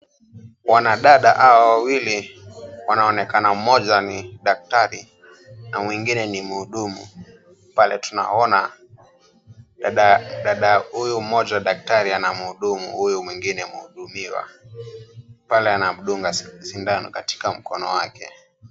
Wanadada hawa wawili wanaonekana mmoja ni daktari na mwingine ni mhudumu, pale tunaona dada huyu mmoja daktari anamhudumu huyu mwingine mhudumiwa, pale anamdunga sindano katika mkono wake.